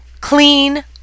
Clean